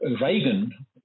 Reagan